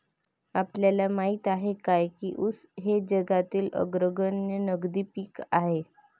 आपल्याला माहित आहे काय की ऊस हे जगातील अग्रगण्य नगदी पीक आहे?